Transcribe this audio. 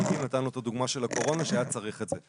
נתנו את הדוגמה של הקורונה כשהיה צריך את זה.